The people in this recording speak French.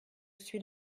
suis